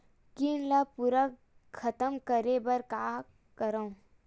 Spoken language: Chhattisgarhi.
कीट ला पूरा खतम करे बर का करवं?